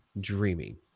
dreaming